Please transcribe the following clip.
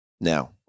Now